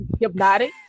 hypnotic